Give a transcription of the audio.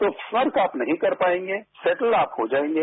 तो फर्क आप नहीं कर पायेंगे सेटलआप हो जायेंगे